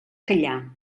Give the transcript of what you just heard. callar